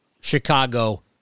Chicago